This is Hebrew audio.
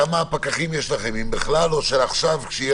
כמה פקחים יש לכם אם בכלל או עכשיו כשיהיה